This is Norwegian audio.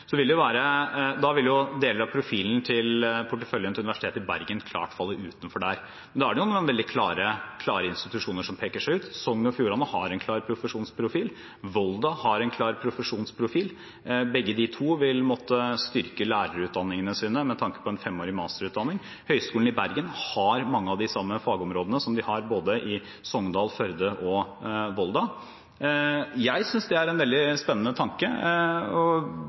da vil jo deler av profilen til porteføljen til Universitetet i Bergen klart falle utenfor der. Men da er det noen veldig klare institusjoner som peker seg ut: Sogn og Fjordane har en klar profesjonsprofil, og Volda har en klar profesjonsprofil. Begge de to vil måtte styrke lærerutdanningene sine med tanke på en femårig masterutdanning. Høgskolen i Bergen har mange av de samme fagområdene som de har i både Sogndal, Førde og Volda. Jeg synes det er en veldig spennende tanke og